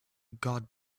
god